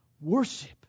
worship